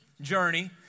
Journey